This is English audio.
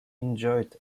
enjoyed